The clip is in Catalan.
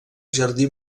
jardí